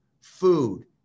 food